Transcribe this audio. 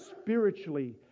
spiritually